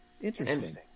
Interesting